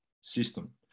system